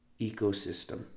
ecosystem